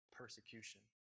persecution